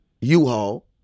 U-Haul